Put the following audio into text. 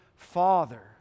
father